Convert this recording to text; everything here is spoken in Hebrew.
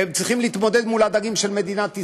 הם צריכים להתמודד מול הדגים של מדינת ישראל.